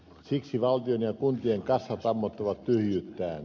siksi valtion ja kuntien kassat ammottavat tyhjyyttään